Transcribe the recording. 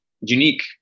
unique